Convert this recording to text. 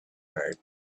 heart